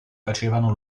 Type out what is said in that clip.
facevano